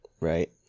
Right